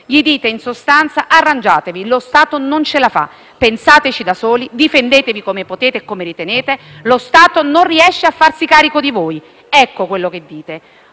loro, in sostanza: arrangiatevi, lo Stato non ce la fa, pensateci da soli, difendetevi come potete e come ritenete, lo Stato non riesce a farsi carico di voi. Ecco quello che dite.